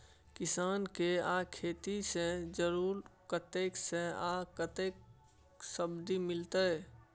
किसान से आ खेती से जुरल कतय से आ कतेक सबसिडी मिलत?